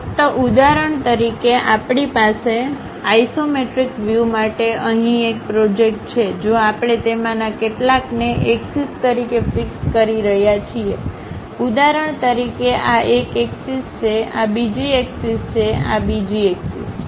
ફક્ત ઉદાહરણ તરીકે આપણી પાસે આઇસોમેટ્રિક વ્યૂ માટે અહીં એક ઓબ્જેક્ટ છે જો આપણે તેમાંના કેટલાકને એક્સિસ તરીકે ફિકસ્ કરી રહ્યા છીએ ઉદાહરણ તરીકે આ એક એક્સિસ છે આ બીજી એક્સિસ છે આ બીજી એક્સિસ છે